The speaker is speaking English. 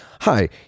Hi